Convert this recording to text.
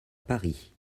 paris